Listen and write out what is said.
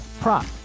prop